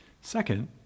Second